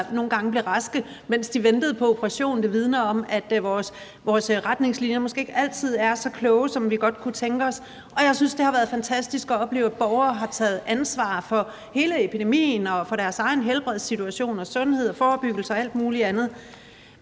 nogle gange blev raske, mens de ventede på operation. Det vidner om, at vores retningslinjer måske ikke altid er så kloge, som vi godt kunne tænke os. Og jeg synes, det har været fantastisk at opleve, at borgere har taget ansvar i forbindelse med epidemien, deres egen helbredssituation, sundhed, forebyggelse og alt mulig andet.